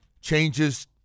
changes